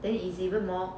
then is even more